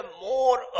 more